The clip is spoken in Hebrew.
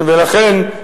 לכן,